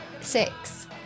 six